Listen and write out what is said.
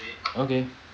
okay